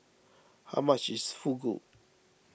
how much is Fugu